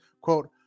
quote